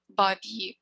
body